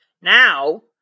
Now